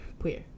queer